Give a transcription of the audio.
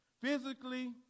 physically